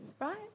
right